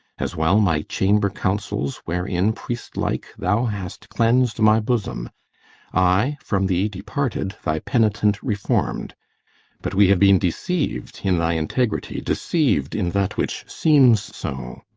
as well my chamber-councils, wherein, priest-like, thou hast cleans'd my bosom i from thee departed thy penitent reform'd but we have been deceiv'd in thy integrity, deceiv'd in that which seems so.